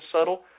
subtle